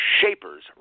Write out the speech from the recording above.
Shapers